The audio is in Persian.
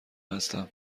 هستم